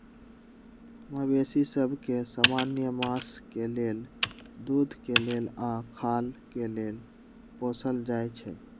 मवेशि सभ के समान्य मास के लेल, दूध के लेल आऽ खाल के लेल पोसल जाइ छइ